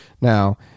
Now